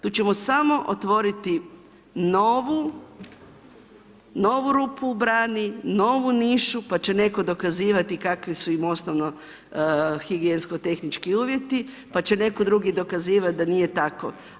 Tu ćemo samo otvoriti novu rupu u brani, novu nišu pa će netko dokazivati kakvi su im osnovno higijensko tehnički uvjeti, pa će netko drugi dokazivat da nije tako.